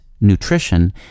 nutrition